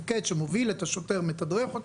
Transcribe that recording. שמוביל את השוטר ומתדרך אותו,